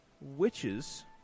witches